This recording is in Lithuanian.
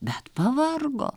bet pavargo